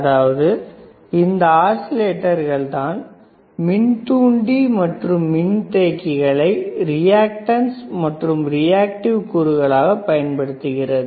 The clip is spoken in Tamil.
அதாவது இந்த ஆஸிலேட்டர்கள் தான் மின் தூண்டி மற்றும் மின் தேக்கிகளை ரியாக்டன்ஸ் மற்றும் ரியாக்டிவ் கூறுகளாக பயன்படுத்துகிறது